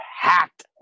Hacked